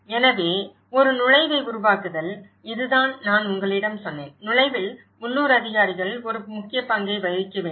எனவே ஒரு நுழைவை உருவாக்குதல் இதுதான் நான் உங்களிடம் சொன்னேன் நுழைவில் உள்ளூர் அதிகாரிகள் ஒரு முக்கிய பங்கை வகிக்க வேண்டும்